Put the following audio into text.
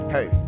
Hey